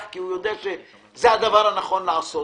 את הדלתות כי הוא יודע שזה הדבר הנכון לעשות